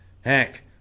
Heck